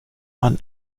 man